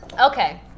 Okay